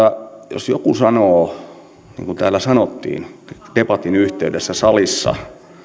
jos joku sanoo niin kuin täällä sanottiin debatin yhteydessä salissa että